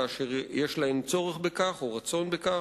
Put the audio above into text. כאשר יש להן צורך בכך או רצון בכך,